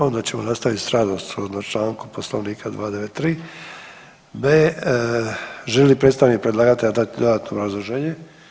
Onda ćemo nastaviti s radom sukladno Članku Poslovnika 293b. Želi li predstavnik predlagatelja dati dodatno obrazložene?